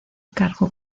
cargo